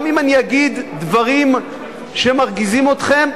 גם אם אני אגיד דברים שמרגיזים אתכם,